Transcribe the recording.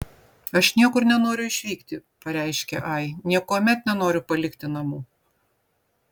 aš niekur nenoriu išvykti pareiškė ai niekuomet nenoriu palikti namų